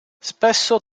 spesso